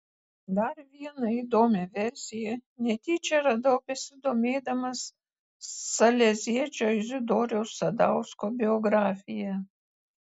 dar vieną įdomią versiją netyčia radau besidomėdamas saleziečio izidoriaus sadausko biografija